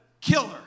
killer